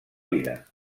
vida